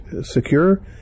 secure